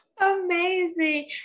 amazing